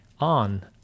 on